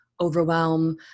overwhelm